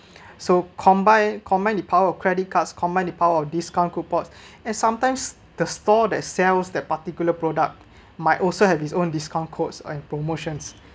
so combined combined the power of credit cards combined the power of discount coupons and sometimes the store that sells that particular product might also have its own discount codes and promotions